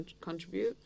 contribute